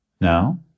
Now